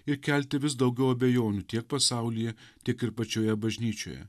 ir kelti vis daugiau abejonių tiek pasaulyje tiek ir pačioje bažnyčioje